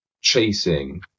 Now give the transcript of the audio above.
chasing